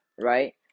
right